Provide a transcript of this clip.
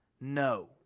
No